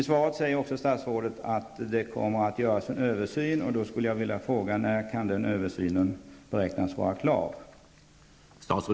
Vidare sade statsrådet i svaret att det kommer att göras en översyn. Jag vill då fråga: När kan den aviserade översynen beräknas vara klar?